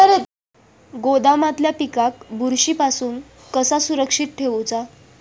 गोदामातल्या पिकाक बुरशी पासून कसा सुरक्षित ठेऊचा?